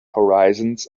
horizons